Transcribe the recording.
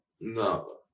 No